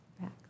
back